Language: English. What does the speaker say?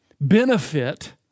benefit